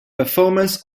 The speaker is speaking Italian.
performance